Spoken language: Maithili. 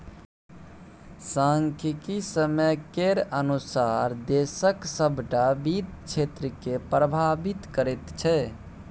सांख्यिकी समय केर अनुसार देशक सभटा वित्त क्षेत्रकेँ प्रभावित करैत छै